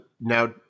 now